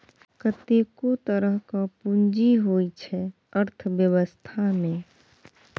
कतेको तरहक पुंजी होइ छै अर्थबेबस्था मे